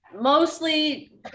mostly